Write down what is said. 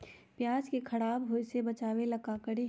प्याज को खराब होय से बचाव ला का करी?